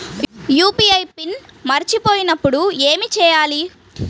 UPI PIN మరచిపోయినప్పుడు ఏమి చేయాలి?